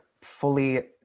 fully